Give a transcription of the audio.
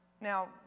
Now